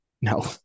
no